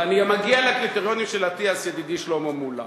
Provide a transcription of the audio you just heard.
ואני מגיע לקריטריונים של אטיאס, ידידי שלמה מולה.